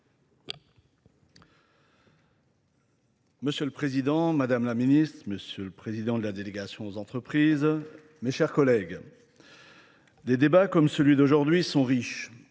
Monsieur le Président, Madame la Ministre, Monsieur le Président de la délégation aux entreprises, Mes chers collègues, Des débats comme celui d'aujourd'hui sont riches